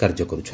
କାର୍ଯ୍ୟ କର୍ ଚ୍ଚନ୍ତି